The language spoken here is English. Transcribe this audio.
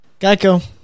Geico